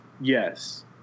yes